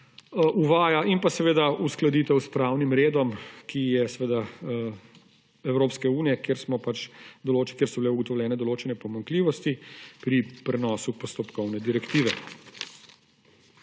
uvaja. In seveda uskladitev s pravnim redom Evropske unije, kjer so bile ugotovljene določene pomanjkljivosti pri prenosu postopkovne direktive.